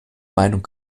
meinung